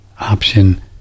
option